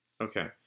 Okay